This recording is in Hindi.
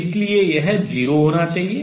इसलिए यह 0 होना चाहिए